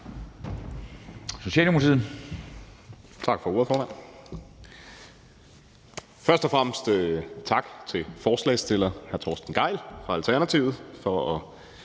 Socialdemokratiet.